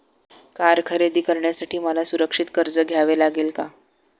Car खरेदी करण्यासाठी मला सुरक्षित कर्ज घ्यावे लागेल का?